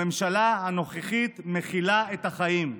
הממשלה הנוכחית מכילה את החיים.